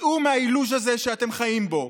צאו מהאילוז' הזה שאתם חיים בו.